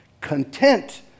Content